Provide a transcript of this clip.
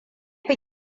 fi